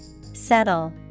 Settle